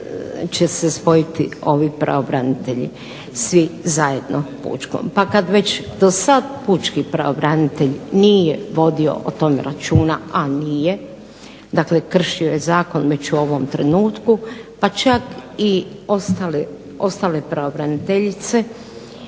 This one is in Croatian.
će se spojiti ovi pravobranitelji svi zajedno pučkom. Pa kad već dosad pučki pravobranitelj nije vodio o tome računa, a nije, dakle kršio je zakon već u ovom trenutku, pa čak i ostale pravobraniteljice,